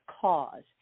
cause